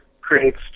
creates